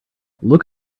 look